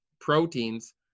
proteins